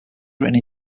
written